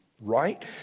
right